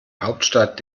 hauptstadt